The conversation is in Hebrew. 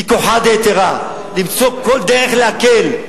היא כוחה דהיתרא, למצוא כל דרך להקל.